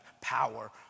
power